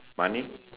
money